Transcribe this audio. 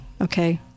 okay